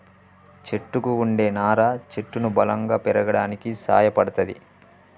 చెట్టుకు వుండే నారా చెట్టును బలంగా పెరగడానికి సాయపడ్తది